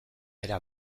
era